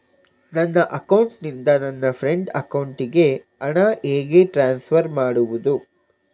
ನನ್ನ ಅಕೌಂಟಿನಿಂದ ನನ್ನ ಫ್ರೆಂಡ್ ಅಕೌಂಟಿಗೆ ಹಣ ಹೇಗೆ ಟ್ರಾನ್ಸ್ಫರ್ ಮಾಡುವುದು?